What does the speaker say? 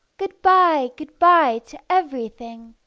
good-bye, good-bye, to everything!